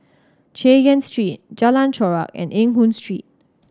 Chay Yan Street Jalan Chorak and Eng Hoon Street